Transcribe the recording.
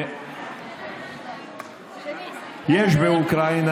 יש באוקראינה